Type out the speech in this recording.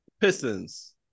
Pistons